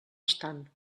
estan